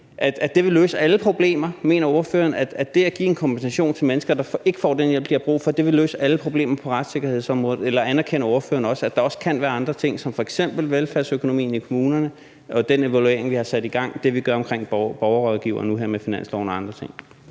at det vil løse alle problemer? Mener ordføreren, at det at give en kompensation til mennesker, der ikke får den hjælp, de har brug for, vil løse alle problemer på retssikkerhedsområdet? Eller anerkender ordføreren, at der også kan være andre ting som f.eks. velfærdsøkonomien i kommunerne og den evaluering, vi har sat i gang, og det, vi gør omkring borgerrådgivere nu her med finansloven og andre ting?